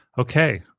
okay